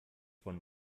von